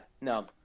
no